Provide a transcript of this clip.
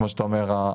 כמו שאתה אומר,